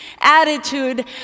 attitude